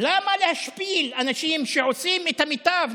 למה להשפיל אנשים שעושים את המיטב,